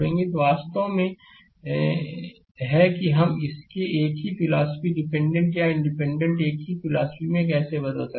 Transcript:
तो यह वास्तव में है कि हम इसे एक ही फिलॉसफीडिपेंडेंट या इंडिपेंडेंट एक ही फिलॉसफी में कैसे बदल सकते हैं